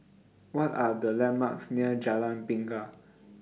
What Are The landmarks near Jalan Bingka